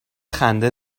خنده